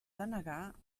denegar